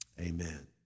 amen